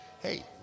hey